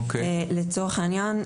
לצורך העניין,